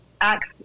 acts